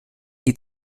die